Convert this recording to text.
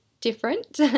different